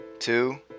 Two